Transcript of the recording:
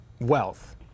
wealth